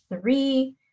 three